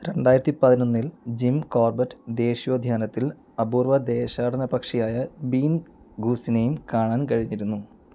രണ്ടായിരത്തി പതിനൊന്നിൽ Jim Corbett ദേശീയോദ്യാനത്തിൽ അപൂർവ്വ ദേശാടനപക്ഷിയായ ബീൻ ഗൂസിനെയും കാണാൻ കഴിഞ്ഞിരുന്നു